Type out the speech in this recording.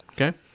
Okay